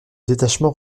détachement